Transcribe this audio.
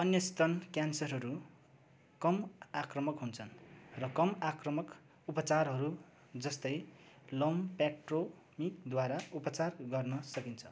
अन्य स्तन क्यान्सरहरू कम आक्रामक हुन्छन् र कम आक्रामक उपचारहरू जस्तै लम्पेक्टोमीद्वारा उपचार गर्न सकिन्छ